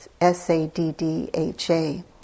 S-A-D-D-H-A